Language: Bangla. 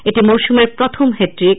এটি মরসুমের প্রথম হ্যাট্রিক